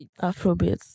Afrobeats